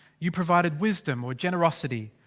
you provided wisdom or generosity.